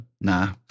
nah